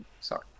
sorry